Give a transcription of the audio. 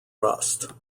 rust